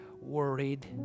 worried